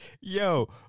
Yo